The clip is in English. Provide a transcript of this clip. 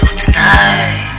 tonight